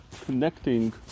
connecting